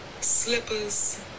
slippers